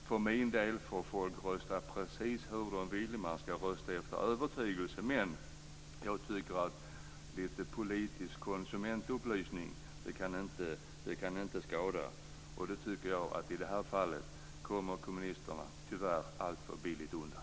För min del får folk rösta precis hur de vill - man ska rösta efter övertygelse - men jag tycker att lite politisk konsumentupplysning inte kan skada. Jag tycker att kommunisterna i det här fallet tyvärr kommer alltför billigt undan.